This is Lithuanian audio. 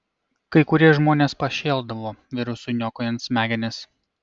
kai kurie žmonės pašėldavo virusui niokojant smegenis